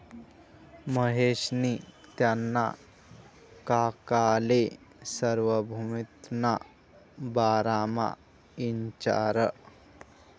महेशनी त्याना काकाले सार्वभौमत्वना बारामा इचारं